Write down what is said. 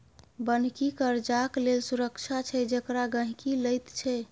बन्हकी कर्जाक लेल सुरक्षा छै जेकरा गहिंकी लैत छै